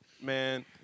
man